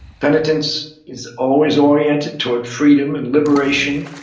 penitence is always oriented toward freedom and liberation,